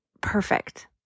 perfect